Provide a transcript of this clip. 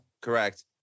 correct